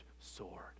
sword